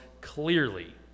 clearly